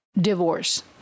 Divorce